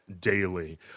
daily